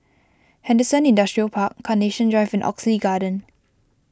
Henderson Industrial Park Carnation Drive and Oxley Garden